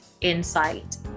insight